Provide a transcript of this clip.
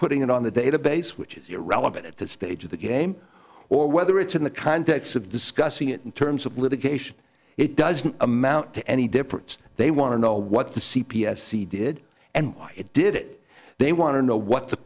putting it on the database which is irrelevant at that stage of the game or whether it's in the context of discussing it in terms of litigation it doesn't amount to any difference they want to know what the c p s see did and why it did it they want to know what the